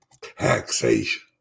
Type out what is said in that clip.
taxation